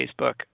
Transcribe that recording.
Facebook